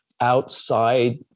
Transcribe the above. outside